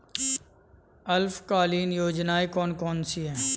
अल्पकालीन योजनाएं कौन कौन सी हैं?